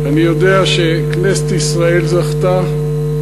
אני יודע שכנסת ישראל זכתה,